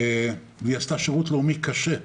והיא עשתה שירות לאומי קשה,